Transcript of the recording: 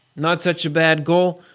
not such a bad goal.